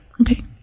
okay